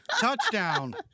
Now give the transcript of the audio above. Touchdown